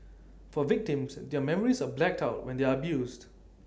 for victims their memories are blacked out when they are abused